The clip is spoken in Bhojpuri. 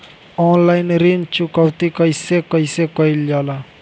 ऑनलाइन ऋण चुकौती कइसे कइसे कइल जाला?